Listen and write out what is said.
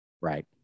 right